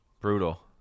Brutal